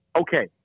okay